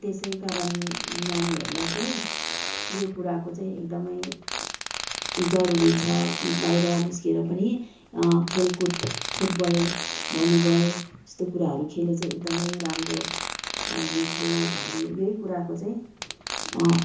त्यसै कारण नानीहरूलाई चाहिँ यो कुराको चाहिँ एकदमै जरुरी छ कि बाहिर निस्केर पनि खेलकुद फुटबल भलिबल यस्तो कुराहरू खेले चाहिँ एकदमै राम्रो हुने थियो भन्ने यही कुराको चाहिँ